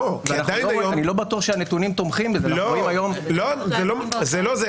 אני לא בטוח שהנתונים תומכים בזה --- זה לא זה,